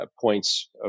points